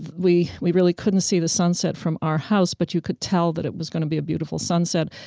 we we really couldn't see the sunset from our house, but you could tell that it was going to be a beautiful sunset.